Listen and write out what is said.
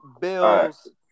Bills